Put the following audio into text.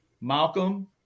Malcolm